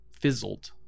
fizzled